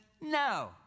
no